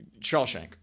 Shawshank